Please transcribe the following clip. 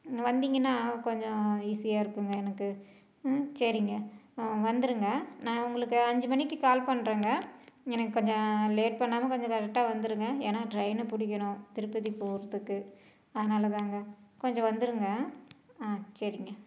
வந்தீங்கன்னா கொஞ்சம் ஈஸியாக இருக்குதுங்க எனக்கு சரிங்க வந்துடுங்க நான் உங்களுக்கு அஞ்சு மணிக்கு கால் பண்ணுறங்க எனக்கு கொஞ்சம் லேட் பண்ணாமல் கொஞ்சம் கரெக்டாக வந்துடுங்க ஏன்னா ட்ரெயினை பிடிக்கணும் திருப்பதி போகிறதுக்கு அதனால் தாங்க கொஞ்சம் வந்துடுங்க ஆ சரிங்க